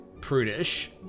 prudish